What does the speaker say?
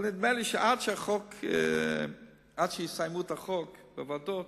אבל נדמה לי שעד שיסיימו את הדיון בחוק בוועדות